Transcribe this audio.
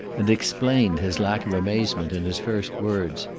and explained his lack of amazement in his first words.